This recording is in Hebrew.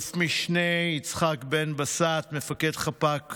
אלוף משנה יצחק בן בשט, מפקד חפ"ק